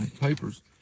Papers